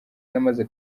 namaze